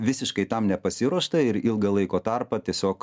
visiškai tam nepasiruošta ir ilgą laiko tarpą tiesiog